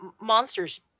monsters